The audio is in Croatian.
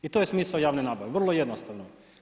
I to je smisao te nabave, vrlo jednostavno.